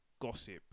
gossip